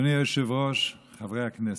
אדוני היושב-ראש, חברי הכנסת,